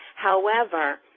however,